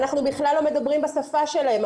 אנחנו בכלל לא מדברים בשפה שלהם.